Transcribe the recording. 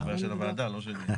זאת בעיה של הוועדה, לא שלי.